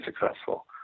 successful